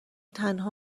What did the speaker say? تنها